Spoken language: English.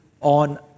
on